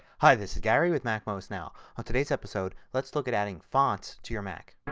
hi this is gary with macmost now. on today's episode let's look at adding fonts to your mac.